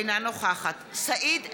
אינה נוכחת סעיד אלחרומי,